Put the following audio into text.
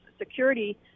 security